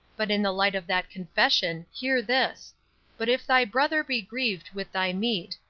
but in the light of that confession, hear this but if thy brother be grieved with thy meat,